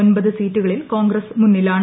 ട്ട്സീറ്റു്കളിൽ കോൺഗ്രസ് മുന്നിലാണ്